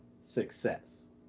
success